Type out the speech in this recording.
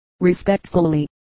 Respectfully